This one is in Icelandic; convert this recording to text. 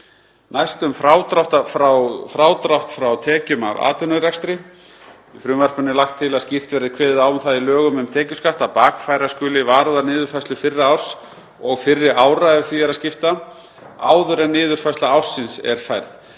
Næst um frádrátt frá tekjum af atvinnurekstri. Í frumvarpinu er lagt til að skýrt verði kveðið á um það í lögum um tekjuskatt að bakfæra skuli varúðarniðurfærslu fyrra árs, og fyrri ára ef því er að skipta, áður en niðurfærsla ársins er færð.